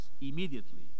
immediately